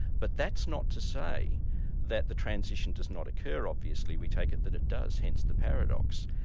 but that's not to say that the transition does not occur obviously, we take it that it does, hence the paradox.